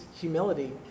humility